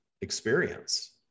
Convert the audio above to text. experience